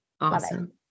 Awesome